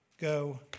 go